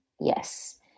Yes